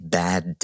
bad